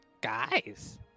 guys